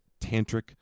tantric